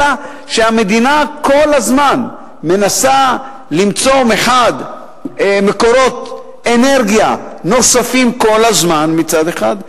אלא שהמדינה כל הזמן מנסה למצוא מקורות אנרגיה נוספים מצד אחד,